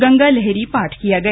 गंगा लहरी पाठ किया गया